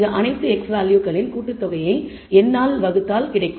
இது அனைத்து x வேல்யூகளின் கூட்டுத்தொகையை n ஆல் வகுக்கப்பட்டால் கிடைக்கும்